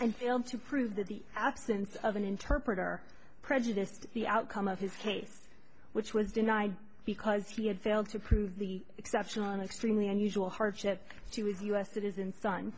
and failed to prove that the absence of an interpreter prejudiced the outcome of his case which was denied because he had failed to prove the exceptional an extremely unusual hardship she was u s citizen s